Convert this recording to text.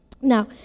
Now